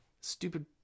Stupid